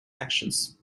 actions